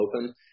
open